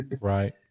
Right